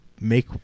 make